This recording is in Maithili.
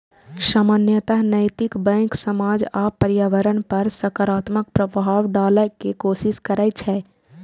सामान्यतः नैतिक बैंक समाज आ पर्यावरण पर सकारात्मक प्रभाव डालै के कोशिश करै छै